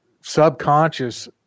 subconscious